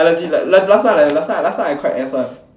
I legit like last time like last time last time I quite ass one